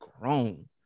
grown